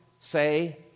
say